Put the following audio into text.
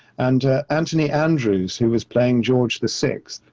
and anthony andrews, who was playing george the sixth,